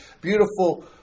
beautiful